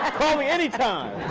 ah call me any time!